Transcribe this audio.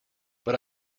but